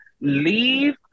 leave